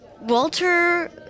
Walter